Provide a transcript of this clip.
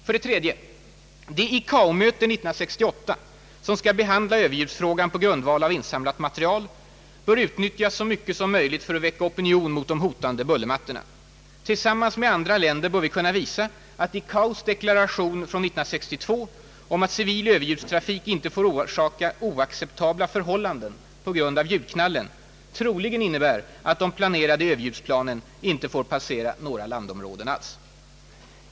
3) Det ICAO-möte 1968, som skall behandla överljudsfrågan på grundval av insamlat material, bör utnyttjas så mycket som möjligt för att väcka opinion mot de hotande bullermattorna. Tillsammans med andra länder bör vi "kunna visa att ICAO:s deklaration 1962 om att civil överljudstrafik inte får orsaka »oacceptabla förhållanden på grund av ljudknallen» troligen innebär att de planerade överljudsplanen inte får passera några landområden alls.